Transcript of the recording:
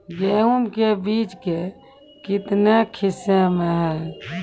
गेहूँ के बीज के कितने किसमें है?